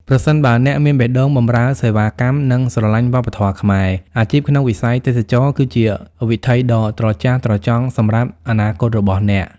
ប្រសិនបើអ្នកមានបេះដូងបម្រើសេវាកម្ម និងស្រឡាញ់វប្បធម៌ខ្មែរ អាជីពក្នុងវិស័យទេសចរណ៍គឺជាវិថីដ៏ត្រចះត្រចង់សម្រាប់អនាគតរបស់អ្នក។